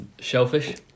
shellfish